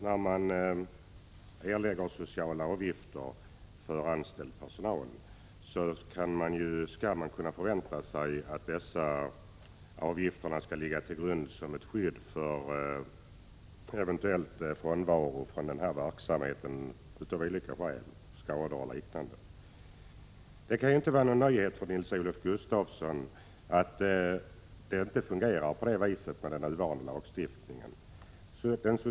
När man erlägger sociala avgifter för anställd personal, skall man kunna förvänta sig att avgifterna skall ligga till grund för ett skydd vid eventuell frånvaro från arbetet. Det kan inte vara någon nyhet för Nils-Olof Gustafsson att det inte fungerar på det viset med den nuvarande lagstiftningen.